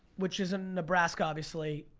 which is in nebraska, obviously,